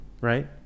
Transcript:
right